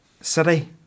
City